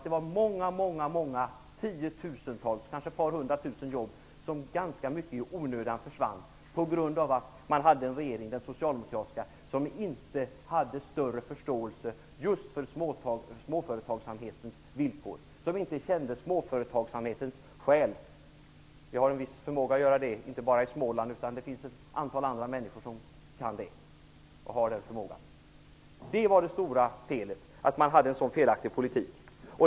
Det var många tiotusentals, kanske 100 000, jobb som försvann i onödan på grund av att den socialdemokratiska regeringen inte hade större förståelse för just småföretagsamhetens villkor, inte kände småföretagsamhetens själ. Vi har en viss förmåga att göra det, inte bara i Småland, utan det finns ett antal andra människor som har den förmågan. Det stora felet var att man förde en så felaktig politik.